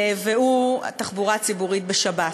והוא התחבורה הציבורית בשבת.